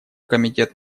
комитет